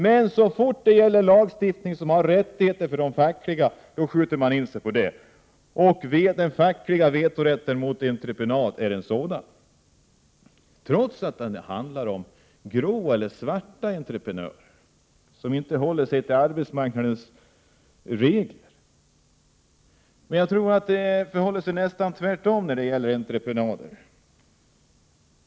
Men så fort det gäller lagstiftning om fackliga rättigheter skjuter man ifrån sig. Den fackliga vetorätten mot entreprenad är en sådan fråga, trots att den handlar om grå eller svarta entreprenörer som inte håller sig till arbetsmarknadens regler. Det förhåller sig nästan tvärtom när det gäller entreprenader.